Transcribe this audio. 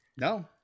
No